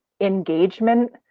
engagement